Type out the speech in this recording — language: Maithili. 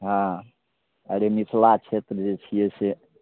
हाँ अरे मिथिला क्षेत्र जे छिए से